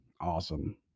awesome